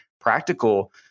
practical